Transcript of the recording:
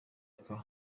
aka